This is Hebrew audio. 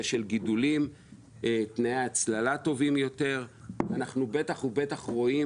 של גידולים ולתנאי הצללה טובים יותר; אנחנו בטח ובטח רואים